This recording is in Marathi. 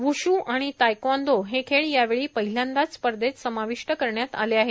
वुशु आणि तायकांदो हे खेळ यावेळी पहिल्यांदाच स्पर्धेत समाविष्ट करण्यात आले आहेत